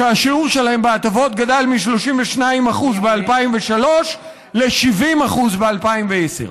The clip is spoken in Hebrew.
שהשיעור שלהן בהטבות גדל מ-32% ב-2003 ל-70% ב-2010.